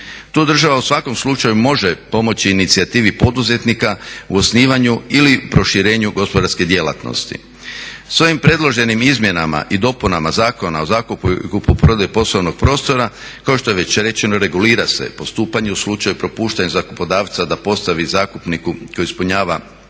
Tu država u svakom slučaju može pomoći inicijativi poduzetnika u osnivanju ili proširenju gospodarske djelatnosti. S ovim predloženim izmjenama i dopunama Zakona o zakupu i kupoprodaji poslovnog prostora kao što je već rečeno regulira se postupanje u slučaju propuštanja zakupodavca da dostavi zakupniku koji ispunjava